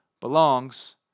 belongs